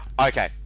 okay